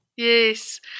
Yes